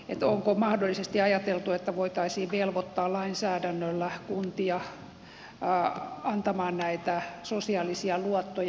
onko mahdollisesti ajateltu että voitaisiin velvoittaa lainsäädännöllä kuntia antamaan näitä sosiaalisia luottoja